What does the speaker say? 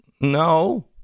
no